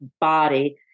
Body